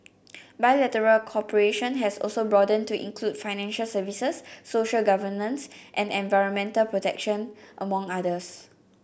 bilateral cooperation has also broadened to include financial services social governance and environmental protection among others